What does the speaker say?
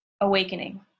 awakening